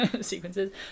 sequences